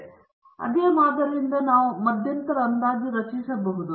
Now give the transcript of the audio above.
ಆದ್ದರಿಂದ ಅದೇ ಮಾದರಿಯಿಂದ ನಾವು ಮಧ್ಯಂತರ ಅಂದಾಜು ರಚಿಸಬಹುದು